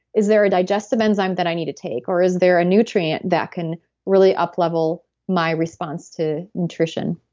is there a digestive enzyme that i need to take? or is there a nutrient that can really up-level my response to nutrition?